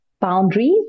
boundaries